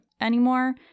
anymore